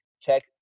Check